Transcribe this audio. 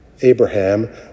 Abraham